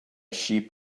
sheep